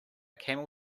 camel